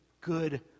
good